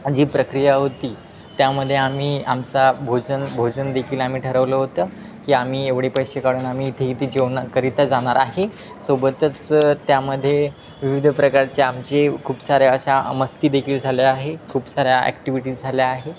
जी प्रक्रिया होती त्यामध्ये आम्ही आमचा भोजन भोजन देेखील आम्ही ठरवलं होतं की आम्ही एवढे पैसे काढून आम्ही इथे इथे जेवणाकरिता जाणार आहे सोबतच त्यामध्ये विविध प्रकारचे आमचे खूप साऱ्या अशा मस्ती देखील झाल्या आहे खूप साऱ्या ॲक्टिविटीज झाल्या आहे